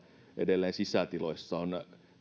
edelleen sisätiloissa on tämmöisiä